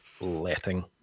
Letting